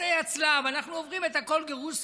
מסעי הצלב, אנחנו עוברים את הכול, גירוש ספרד.